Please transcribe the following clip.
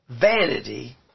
vanity